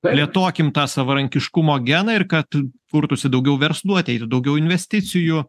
plėtokim tą savarankiškumo geną ir kad kurtųsi daugiau verslų ateitų daugiau investicijų